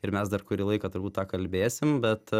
ir mes dar kurį laiką turbūt tą kalbėsim bet